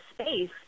space